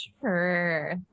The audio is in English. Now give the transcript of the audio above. sure